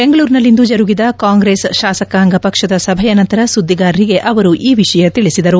ಬೆಂಗಳೂರಿನಲ್ಲಿಂದು ಜರುಗಿದ ಕಾಂಗ್ರೆಸ್ ಶಾಸಕಾಂಗ ಪಕ್ಷದ ಸಭೆಯ ನಂತರ ಸುದ್ದಿಗಾರರಿಗೆ ಅವರು ಈ ವಿಷಯ ತಿಳಿಸಿದರು